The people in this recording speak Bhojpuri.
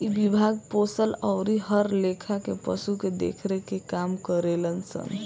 इ विभाग पोसल अउरी हर लेखा के पशु के देख रेख के काम करेलन सन